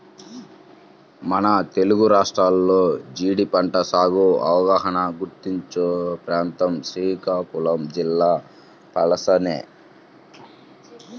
మన తెలుగు రాష్ట్రాల్లో జీడి పంట సాగు అనగానే గుర్తుకొచ్చే ప్రాంతం శ్రీకాకుళం జిల్లా పలాసనే